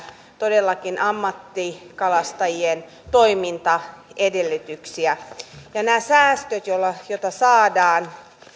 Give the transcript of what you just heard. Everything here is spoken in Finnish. todellakin ammattikalastajien toimintaedellytyksiä näillä säästöillä joita saadaan